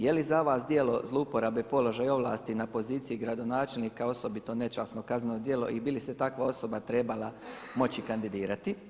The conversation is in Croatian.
Je li za vas djelo zlouporabe položaja i ovlasti na poziciji gradonačelnika osobito nečasno kazneno djelo i bi li se takva osoba trebala moći kandidirati.